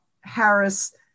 Harris